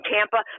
Tampa